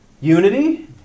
Unity